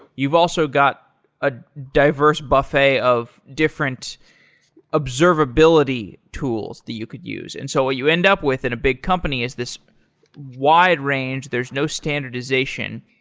you've also got a diverse buffet of different observability tools that you could use. and so ah you you end up within a big company as this wide range, there's no standardization.